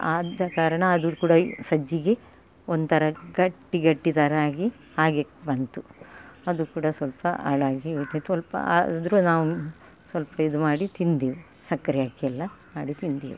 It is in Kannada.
ಆದ ಕಾರಣ ಅದು ಕೂಡ ಸಜ್ಜಿಗೆ ಒಂಥರ ಗಟ್ಟಿ ಗಟ್ಟಿ ಥರ ಆಗಿ ಹಾಗೆ ಬಂತು ಅದು ಕೂಡ ಸ್ವಲ್ಪ ಹಾಳಾಗಿ ಹೋಯ್ತು ಸ್ವಲ್ಪ ಆದರು ನಾವು ಸ್ವಲ್ಪ ಇದು ಮಾಡಿ ತಿಂದೆವು ಸಕ್ಕರೆ ಹಾಕಿ ಎಲ್ಲಾ ಮಾಡಿ ತಿಂದೆವು